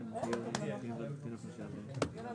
עמכם הסליחה.